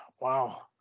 wow